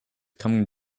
coming